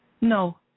no